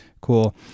cool